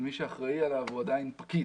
מי שאחראי עליו הוא עדיין פקיד.